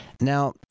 Now